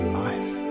life